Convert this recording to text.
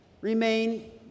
remain